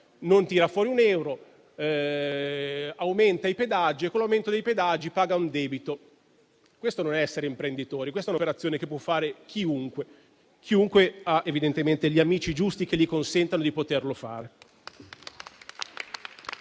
miliardi di euro, aumenta i pedaggi e con l'aumento dei pedaggi paga un debito. Questo non è essere imprenditori, questa è un'operazione che può fare chiunque; chiunque abbia evidentemente gli amici giusti che gli consentano di farlo.